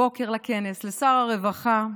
הבוקר, לכנס, לשר הרווחה,